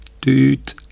Dude